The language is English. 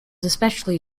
especially